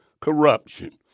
corruption